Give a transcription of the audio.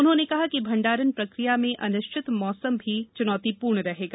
उन्होंने कहा कि भण्डारण प्रक्रिया में अनिश्चित मौसम भी चुनौतीपूर्ण रहेगा